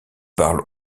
parle